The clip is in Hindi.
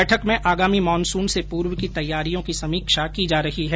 बैठक में आगामी मानसून से पूर्व की तैयारियों की समीक्षा की जा रही है